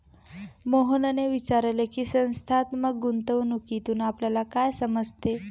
मोहनने विचारले की, संस्थात्मक गुंतवणूकीतून आपल्याला काय समजते?